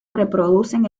reproducen